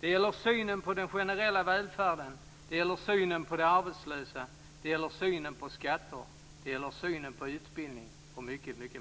Det gäller synen på den generella välfärden. Det gäller synen på de arbetslösa. Det gäller synen på skatter. Det gäller synen på utbildning och mycket mer.